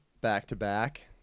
back-to-back